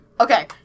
Okay